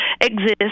exist